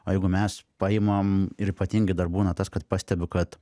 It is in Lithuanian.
o jeigu mes paimam ir ypatingai dar būna tas kad pastebiu kad